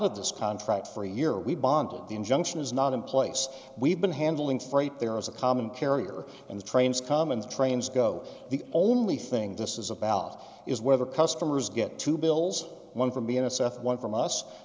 of this contract for a year we bonded the injunction is not in place we've been handling freight there was a common carrier in the trains commons trains go the only thing this is about is whether customers get two bills one from b in a south one from us